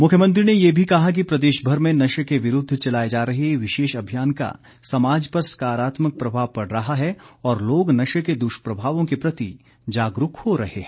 मुख्यमंत्री ने ये भी कहा कि प्रदेशभर में नशे के विरूद्व चलाए जा रहे विशेष अभियान का समाज पर सकारात्मक प्रभाव पड़ रहा है और लोग नशे के दुष्प्रभावों के प्रति जागरूक हो रहे हैं